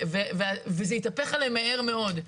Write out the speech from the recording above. וזה התהפך עליהם מהר מאוד.